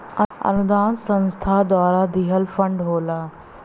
अनुदान संस्था द्वारा दिहल फण्ड होला